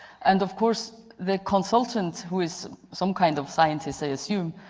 and of course, the consultant who is some kind of scientist i assume,